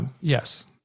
Yes